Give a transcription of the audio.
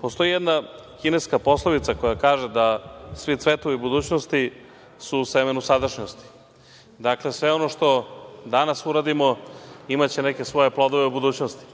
postoji jedna kineska poslovica koja kaže da svi cvetovi budućnosti su u semenu sadašnjosti. Dakle, sve ono što danas uradimo imaće neke svoje plodove u budućnosti.